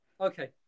Okay